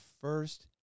first